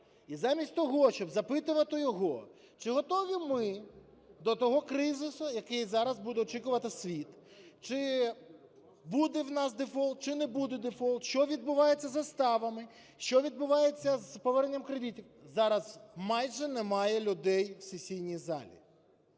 І замість того, щоб запитувати його чи готові ми до того кризису, який зараз буде очікувати світ, чи буде в нас дефолт, чи не буде дефолт, що відбувається з заставами, що відбувається з поверненням кредитів – зараз майже немає людей в сесійній залі.